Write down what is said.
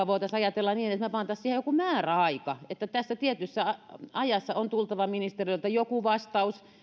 voitaisiin ajatella jopa niin että pantaisiin siihen joku määräaika niin että tässä tietyssä ajassa on tultava ministeriöltä joku vastaus